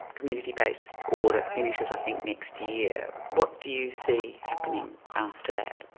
community-based order finishes, i think, next year. what do you see happening after that?